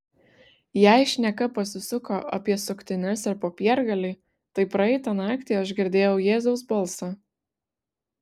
jei šneka pasisuko apie suktines ir popiergalį tai praeitą naktį aš girdėjau jėzaus balsą